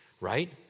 right